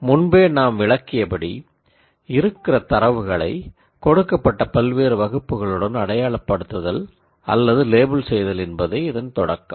முன்பே நாம் விளக்கியபடி இருக்கிற டேட்டாவை கொடுக்கப்பட்ட பல்வேறு கிளாஸ்களுடன் லேபிள் செய்தல் என்பதே இதன் தொடக்கம்